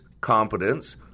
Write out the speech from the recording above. competence